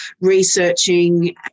researching